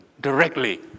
directly